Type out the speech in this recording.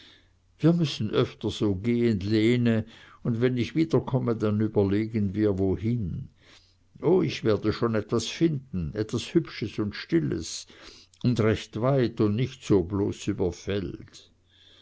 wir müssen öfter so gehn lene und wenn ich wiederkomme dann überlegen wir wohin oh ich werde schon etwas finden etwas hübsches und stilles und recht weit und nicht so bloß über